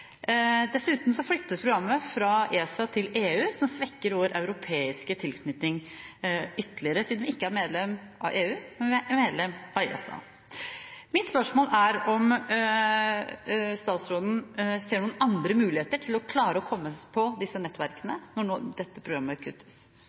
flyttes programmet fra ESA til EU, som svekker vår europeiske tilknytning ytterligere, siden vi ikke er medlem av EU, men er medlem av ESA. Mitt spørsmål er om statsråden ser noen andre muligheter til å klare å komme på disse nettverkene